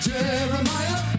Jeremiah